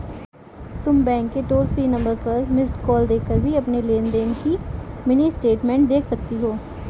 तुम बैंक के toll free number पर मिस्ड कॉल देकर भी अपनी लेन देन की मिनी स्टेटमेंट देख सकती हो